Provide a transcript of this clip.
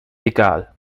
egal